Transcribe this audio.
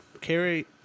Carrie